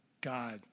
God